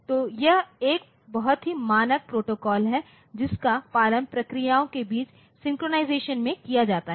तो यह एक बहुत ही मानक प्रोटोकॉल है जिसका पालन प्रक्रियाओं के बीच सिंक्रनाइज़ेशन में किया जाता है